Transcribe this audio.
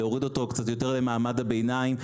ולהוריד אותו קצת יותר למעמד הביניים.